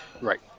right